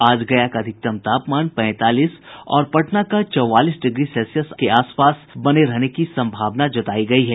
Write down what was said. आज गया का अधिकतम तापमान पैंतालीस और पटना का चौवालीस डिग्री सेल्सियस रहने की सम्भावना जतायी गयी है